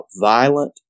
violent